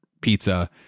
pizza